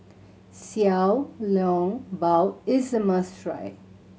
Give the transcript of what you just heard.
Xiao Long Bao is a must try